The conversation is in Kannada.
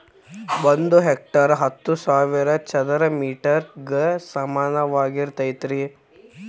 ಒಂದ ಹೆಕ್ಟೇರ್ ಹತ್ತು ಸಾವಿರ ಚದರ ಮೇಟರ್ ಗ ಸಮಾನವಾಗಿರತೈತ್ರಿ